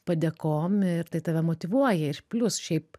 padėkom ir tai tave motyvuoja ir plius šiaip